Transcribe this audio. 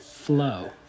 flow